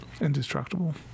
Indestructible